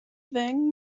ddeng